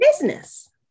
business